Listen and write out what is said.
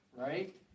right